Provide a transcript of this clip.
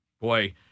boy